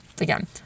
again